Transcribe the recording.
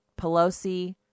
Pelosi